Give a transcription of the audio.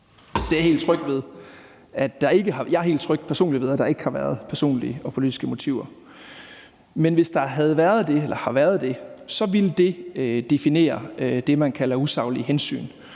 helt tryg ved, at der ikke har været personlige og politiske motiver. Men hvis der havde været det, ville det defineres som det, man kalder usaglige hensyn,